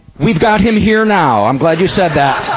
we've got him here now! i'm glad you said that.